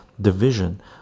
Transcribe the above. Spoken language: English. division